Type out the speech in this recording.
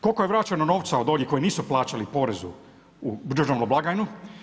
Koliko je vraćeno novca od ovih koji nisu plaćali porezu u državnu blagajnu?